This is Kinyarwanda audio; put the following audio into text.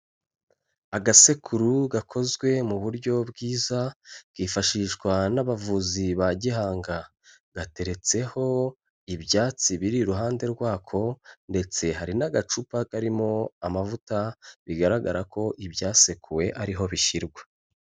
Agasekuru gakozwe mu buryo bwiza kifashishwa n'abavuzi ba gihanga, gateretseho ibyatsi biri iruhande rwako ndetse hari n'agacupa karimo amavuta bigaragara ko ibyasekuwe ariho bishyirwa.